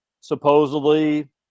supposedly